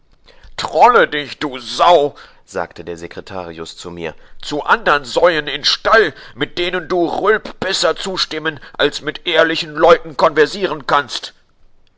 dich du sau sagte der secretarius zu mir zu andern säuen in stall mit denen du rülp besser zustimmen als mit ehrlichen leuten konversieren kannst